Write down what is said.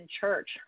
church